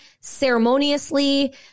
ceremoniously